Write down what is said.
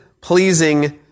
pleasing